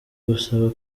gusaba